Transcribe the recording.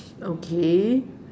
okay